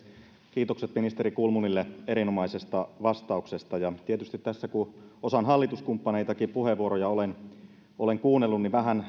kiitokset ministeri kulmunille erinomaisesta vastauksesta tietysti tässä kun osan hallituskumppaneistakin puheenvuoroja olen kuunnellut niin vähän